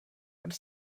what